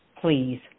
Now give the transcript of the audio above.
please